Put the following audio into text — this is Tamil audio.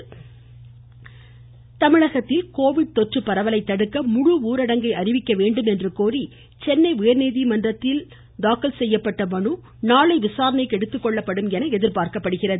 மனு தமிழகத்தில் கோவிட் தொற்றுப்பரவலை தடுக்க முழுஊரடங்கை அறிவிக்க வேண்டும் என்று கோரி சென்னை உயர்நீதிமன்றத்தில் தாக்கல் செய்யப்பட்ட மனு நாளை விசாரணைக்கு எடுத்துக்கொள்ளப்படுகிறது